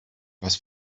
was